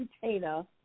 container